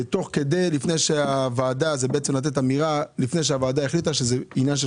לתת אמירה, לפני שהוועדה החליטה שזה עניין של